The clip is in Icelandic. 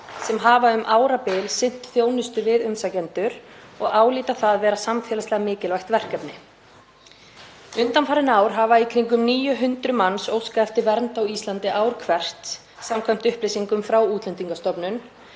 sem hafa um árabil sinnt þjónustu við umsækjendur og álíta það vera samfélagslega mikilvægt verkefni. Undanfarin ár hafa í kringum 900 manns óskað eftir vernd á Íslandi ár hvert samkvæmt upplýsingum frá Útlendingastofnun,